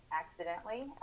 accidentally